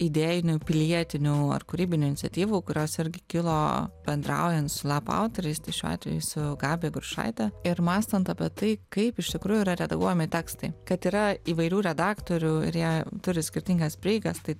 idėjinių pilietinių ar kūrybinių iniciatyvų kurios irgi kilo bendraujant su lapo autoriais tai šiuo atveju su gabija grušaite ir mąstant apie tai kaip iš tikrųjų yra redaguojami tekstai kad yra įvairių redaktorių ir jie turi skirtingas prieigas tai